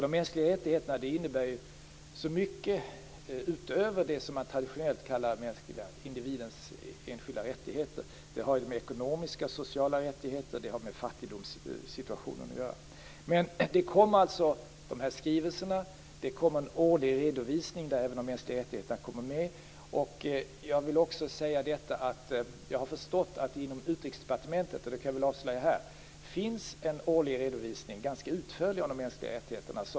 De mänskliga rättigheterna innebär ju så mycket utöver det som man traditionellt kallar individens enskilda rättigheter. De har med ekonomiska och sociala rättigheter och med fattigdomssituationen att göra. De här skrivelserna kommer alltså. Det kommer en årlig redovisning där även de mänskliga rättigheterna kommer med. Jag vill också säga att jag har förstått att det inom Utrikesdepartementet - det kan jag väl avslöja här - finns en ganska utförlig årlig redovisning av de mänskliga rättigheterna.